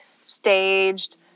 staged